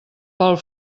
pel